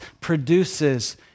produces